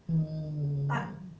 mm